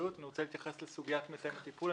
לסוגיית מתאם הטיפול.